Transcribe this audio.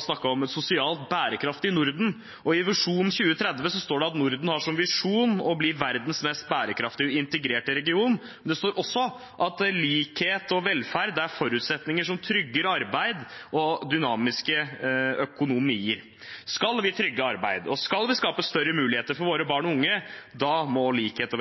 snakket om et sosialt bærekraftig Norden. I Vår visjon 2030 står det at Norden har som visjon å bli verdens mest bærekraftige og integrerte region. Det står også at likhet og velferd er forutsetninger som trygger arbeid og dynamiske økonomier. Skal vi trygge arbeid, og skal vi skape større muligheter for våre barn og unge, må likhet